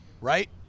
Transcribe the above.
right